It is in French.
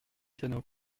piano